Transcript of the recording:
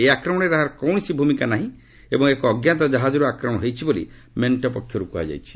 ଏହି ଆକ୍ରମଣରେ ଏହାର କୌଣସି ଭୂମିକା ନାହିଁ ଏବଂ ଏକ ଅଜ୍ଞାତ କାହାଜରୁ ଆକ୍ରମଣ ହୋଇଛି ବୋଲି ମେଣ୍ଟ ପକ୍ଷରୁ କ୍ହାଯାଇଛି